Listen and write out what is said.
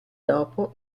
dopo